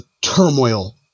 turmoil